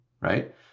Right